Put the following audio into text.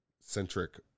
centric